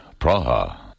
Praha